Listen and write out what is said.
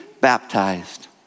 baptized